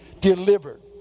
delivered